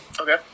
okay